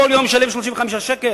כל יום ישלם 35 שקלים?